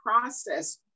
process